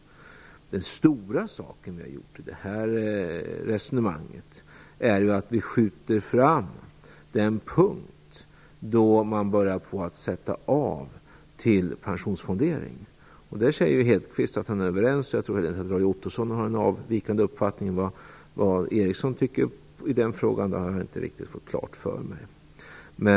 Den stora sak vi har gjort i samband med det här resonemanget, är ju att vi skjuter fram den punkt då man börjar sätta av till pensionsfondering. Lennart Hedquist säger att vi är överens om detta. Jag tror möjligen att Roy Ottosson har en avvikande uppfattning, och vad Dan Ericsson tycker i den frågan har jag inte riktigt fått klart för mig.